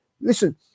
Listen